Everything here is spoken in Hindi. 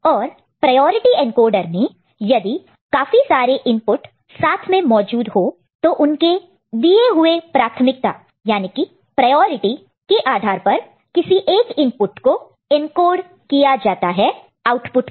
और प्रायोरिटी एनकोडर में यदि काफी सारे इनपुट साथ में मौजूद हो तो उनके दिए हुए प्राथमिकताप्रायोरिटी priority के आधार पर किसी एक इनपुट को एनकोड किया जाता है आउटपुट पर